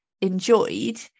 enjoyed